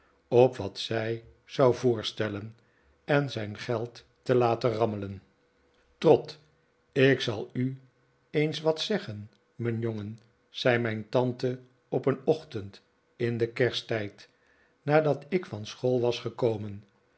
op wat zij zou voorstellen en zijn geld te laten rammelen trot ik zal u eens wat zeggen mijn jongen zei mijn tante op een ochtend in den kersttijd nadat ik van school was gekomen